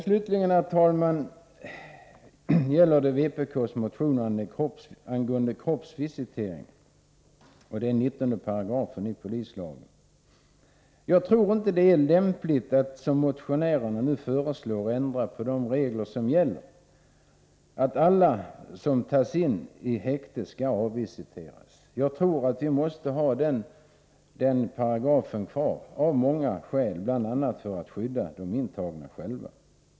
Slutligen, herr talman, gäller det vpk:s motion angående kroppsvisitering. Det är 19 §i polislagen. Jag tror inte att det är lämpligt, att som motionärerna föreslår, ändra de regler som gäller, att alla som tas in i häkte skall avvisiteras. Jag tror att vi måste ha den paragrafen kvar av många skäl, bl.a. för att skydda de intagna själva.